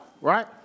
Right